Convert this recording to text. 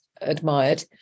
admired